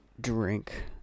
drink